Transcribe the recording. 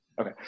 Okay